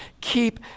Keep